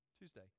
Tuesday